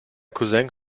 cousin